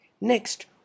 Next